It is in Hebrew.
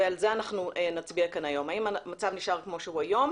ועל זה נצביע כאן היום האם המצב נשאר כפי שהוא היום